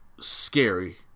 scary